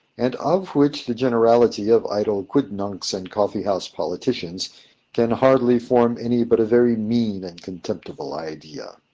and of which the generality of idle quidnuncs and coffee-house politicians can hardly form any but a very mean and contemptible idea.